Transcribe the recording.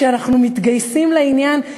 כשאנחנו מתגייסים לעניין,